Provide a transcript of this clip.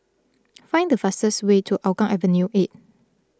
find the fastest way to Hougang Avenue eight